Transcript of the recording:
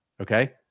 okay